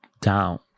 down